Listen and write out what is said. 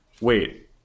wait